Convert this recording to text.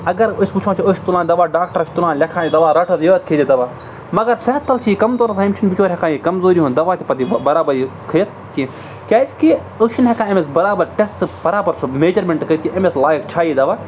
اگر أسۍ وٕچھان چھِ أسۍ چھِ تُلان دَوا ڈاکٹر چھِ تُلان لیٚکھان یہِ دَوا رٹھ حظ یہِ حظ کھیٚیہِ زِ دَوا مگر صحت تَل چھِ یہِ کَمزور آسان أمِس چھِنہٕ بِچور ہٮ۪کان یہِ کَمزوٗری ہُنٛد دَوا تہِ پَتہٕ یہِ بَرابَر یہِ کھٮ۪تھ کینٛہہ کیٛازِکہِ أسۍ چھِنہٕ ہٮ۪کان أمِس بَرابَر ٹٮ۪سٹ بَرابَر سُہ میجَرمٮ۪نٛٹ کٔرِتھ کہِ أمِس لایق چھا یہِ دَوا